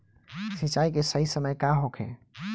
सिंचाई के सही समय का होखे?